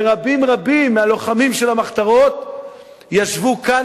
ורבים-רבים מהלוחמים של המחתרות ישבו כאן,